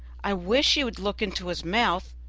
i wish you would look into his mouth,